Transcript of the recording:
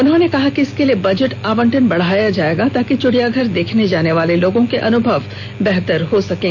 उन्होंने कहा कि इसके लिए बजट आवंटन बढ़ाया जाएगा तांकि चिड़ियाघर देखने जाने वाले लोगों के अनुभव बेहतर हो सकें